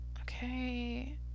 Okay